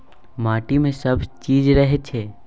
माटि मे सब जीब रहय छै